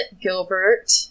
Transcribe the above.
Gilbert